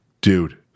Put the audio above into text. dude